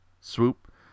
Swoop